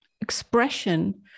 expression